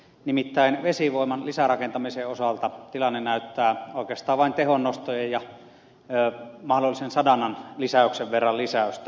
nimittäin vesivoiman lisärakentamisen osalta tilanne näyttää oikeastaan vain tehonnostojen ja mahdollisen sadannan lisäyksen verran lisäystä